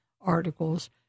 articles